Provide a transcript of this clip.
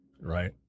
right